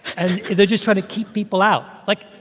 and they're just trying to keep people out. like,